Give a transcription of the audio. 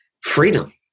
freedom